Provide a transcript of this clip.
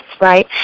right